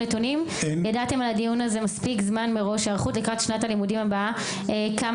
להלן תרגומם: האם גברתי יכולה להציג את עצמה?) שמי